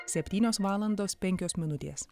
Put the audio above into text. septynios valandos penkios minutės